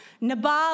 Nabal